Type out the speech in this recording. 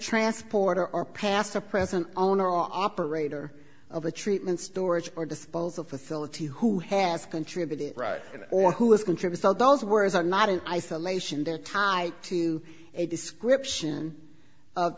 transporter or past or present owner operator of a treatment storage or disposal facility who has contributed right or who is contribute so those words are not in isolation they're tied to a description of